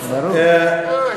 לא אמרתי את זה בהתרסה.